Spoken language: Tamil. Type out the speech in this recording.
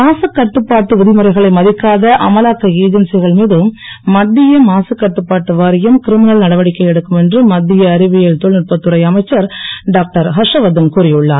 மாசுகட்டுப்பாட்டு விதிமுறைகளை மதிக்காத அமலாக்க ஏஜென்சிகள் மீது மத்திய மாசுக்கட்டுப்பாட்டு வாரியம் கிரிமனல் நடவடிக்கை எடுக்கும் என்று மத்திய அறிவியல் தொழில்நுட்பத்துறை அமைச்சர் டாக்டர் ஹர்ஷவர்தன் கூறியுள்ளார்